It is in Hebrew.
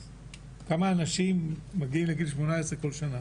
כמה אנשים מגיעים לגיל 18 כל שנה?